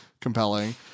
Compelling